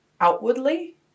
outwardly